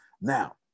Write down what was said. Now